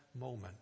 moment